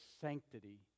sanctity